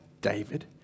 David